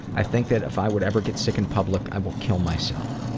i think that if i would ever get sick in public i will kill myself.